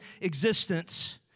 existence